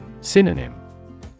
Synonym